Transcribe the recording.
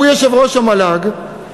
הוא יושב-ראש המל"ג,